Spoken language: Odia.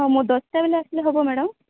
ହଁ ମୁଁ ଜଶଟା ବେଳେ ଆସିଲେ ହେବ ମାଡାମ୍